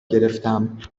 گرفتم